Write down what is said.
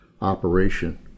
operation